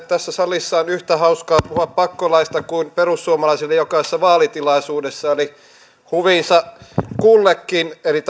tässä salissa on yhtä hauskaa puhua pakkolaeista kuin perussuomalaisistakin jokaisessa vaalitilaisuudessa huvinsa kullakin eli